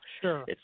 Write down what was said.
Sure